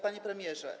Panie Premierze!